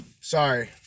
Sorry